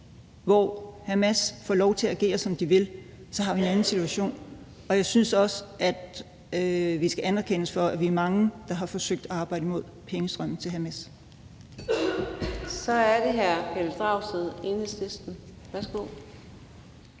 hvor Hamas får lov til at agere, som de vil, så har vi en anden situation. Jeg synes også, at vi skal anerkendes for, at vi er mange, der har forsøgt at kæmpe imod pengestrømme til Hamas. Kl. 18:40 Fjerde næstformand